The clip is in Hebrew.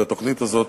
אבל התוכנית הזאת